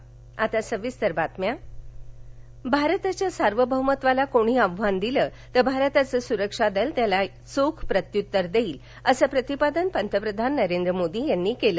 आझाद हिंद सेना भारताच्या सार्वभौमत्वाला कोणी आव्हान दिलं तर भारताचं सुरक्ष दल त्याला चोख प्रत्युत्तर देईल असं प्रतिपादन पंतप्रधान नरेंद्र मोदी यांनी केलं